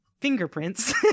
fingerprints